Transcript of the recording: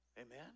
Amen